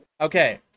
Okay